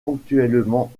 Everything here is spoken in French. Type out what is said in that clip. ponctuellement